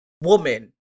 woman